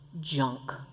junk